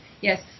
Yes